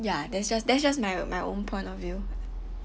ya that's just that's just my my own point of view